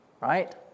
right